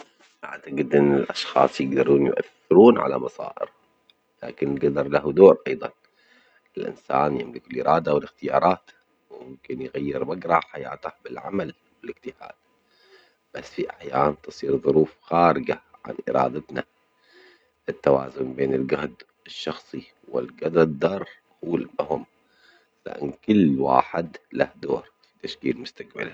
أعتجد إن الأشخاص يقدروا يؤثرون على مصائرهم، لكن القدر له دور أيضا، الإنسان يملك الإرادة والاختيارات وممكن يغير مجرى حياته بالعمل والاجتهاد، بس في أحيان تصير ظروف خارجة عن إرادتنا، التوازن بين الجهد الشخصي و لإن كل واحد له دور في تشكيل مستجبله.